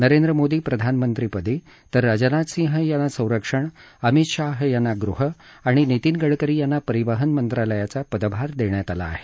नरेंद्र मोदी प्रधानमंत्रीपदी तर राजनाथ सिंह यांना संरक्षण अमित शाह यांना गृह आणि नितीन गडकरी यांना परिवहन मंत्रालयाचा पदभार देण्यात आला आहे